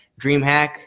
DreamHack